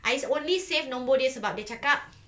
I only save nombor dia sebab dia cakap